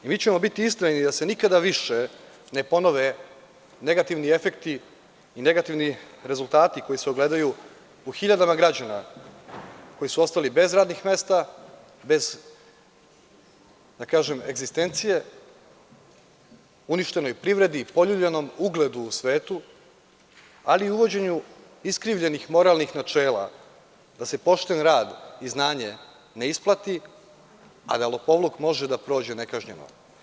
Mi ćemo biti istrajni da se nikada više ne ponove negativni efekti i negativni rezultati koji se ogledaju u hiljadama građana koji su ostali bez radnih mesta, bez egzistencije, uništenoj privredi i poljuljanom ugledu u svetu, ali i u uvođenju iskrivljenih moralnih načela, da se pošten rad i znanje ne isplati, a da lopovluk može da prođe nekažnjeno.